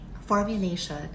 formulation